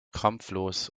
kampflos